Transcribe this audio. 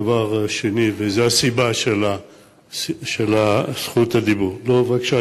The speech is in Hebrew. דבר שני, וזו הסיבה של זכות הדיבור, לא, בבקשה.